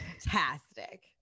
Fantastic